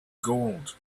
gold